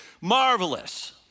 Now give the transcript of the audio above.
Marvelous